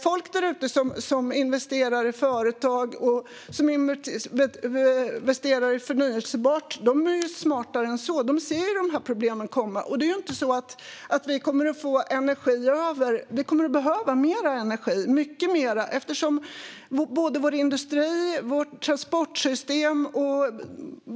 Folk som investerar i företag och i förnybart är smartare än så. De ser problemen komma. Vi kommer inte att få energi över, utan vi kommer att behöva mycket mer energi för vår industri och vårt transportsystem.